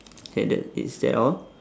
okay that is that all